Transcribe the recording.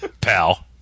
Pal